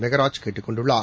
மெகராஜ் கேட்டுக் கொண்டுள்ளார்